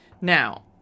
now